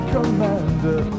Commander